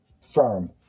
firm